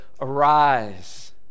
Arise